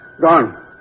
Gone